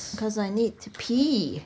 because I need to pee